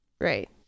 right